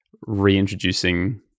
reintroducing